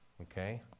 Okay